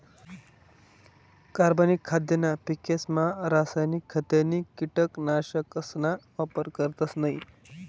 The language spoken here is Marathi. कार्बनिक खाद्यना पिकेसमा रासायनिक खते नी कीटकनाशकसना वापर करतस नयी